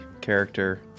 character